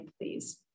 please